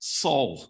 soul